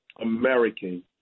American